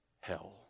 hell